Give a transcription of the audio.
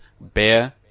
Bear